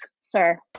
sir